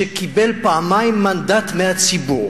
שקיבל פעמיים מנדט מהציבור